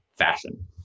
fashion